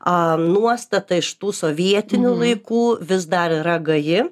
a nuostata iš tų sovietinių laikų vis dar yra gaji